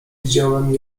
widziałem